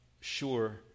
sure